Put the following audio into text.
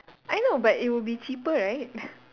I know but it would be cheaper right